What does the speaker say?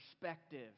perspective